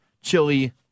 Chili